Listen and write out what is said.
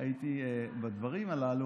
הייתי בדברים הללו,